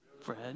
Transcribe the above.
Fred